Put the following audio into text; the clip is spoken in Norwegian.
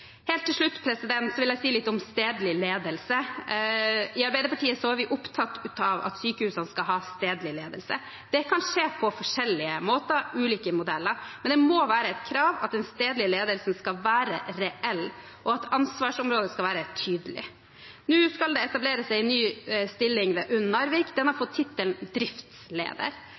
Helt til slutt vil jeg si litt om stedlig ledelse. I Arbeiderpartiet er vi opptatt av at sykehusene skal ha stedlig ledelse. Det kan skje på forskjellige måter, ulike modeller, men det må være et krav at den stedlige ledelsen skal være reell, og at ansvarsområdet skal være tydelig. Nå skal det etableres en ny stilling ved UNN Narvik, og den har fått tittelen